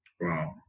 Wow